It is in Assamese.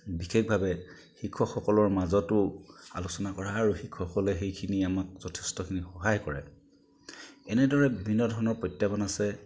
বিশেষভাৱে শিক্ষকসকলৰ মাজতো আলোচনা কৰা হয় আৰু শিক্ষকসকলে সেইখিনি আমাক যথেষ্টখিনি সহায় কৰে এনেদৰে বিভিন্ন ধৰণৰ প্ৰত্যাহ্বান আছে